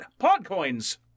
Podcoins